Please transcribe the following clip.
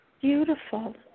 Beautiful